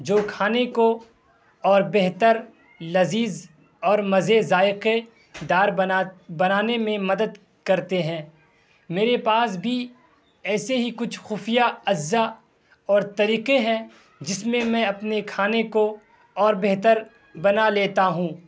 جو کھانے کو اور بہتر لذیذ اور مزے ذائقے دار بنانے میں مدد کرتے ہیں میرے پاس بھی ایسے ہی کچھ خفیہ اجزا اور طریقے ہیں جس میں اپنے کھانے کو اور بہتر بنا لیتا ہوں